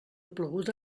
ploguda